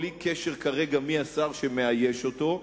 בלי לדבר כרגע על מי השר שמאייש אותו,